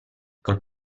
col